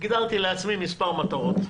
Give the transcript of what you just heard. הגדרתי לעצמי מספר מטרות: